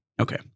Okay